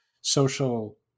social